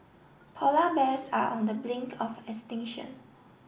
polar bears are on the blink of extinction